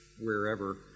wherever